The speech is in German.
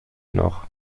noch